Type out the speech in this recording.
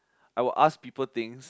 I will ask people things